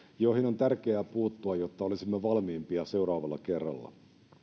joihin on tärkeää puuttua jotta olisimme valmiimpia seuraavalla kerralla